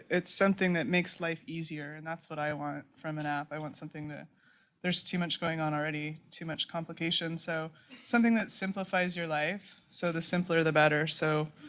it's something that makes life easier. and that's what i want from an app. i want something that there's too much going on already, too much complications so something that simplifies your life so the simpler the better. so